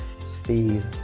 Steve